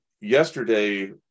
yesterday